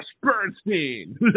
Bernstein